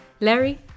Larry